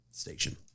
station